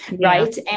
right